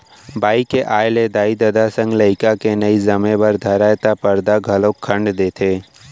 बाई के आय ले दाई ददा संग लइका के नइ जमे बर धरय त परदा घलौक खंड़ देथे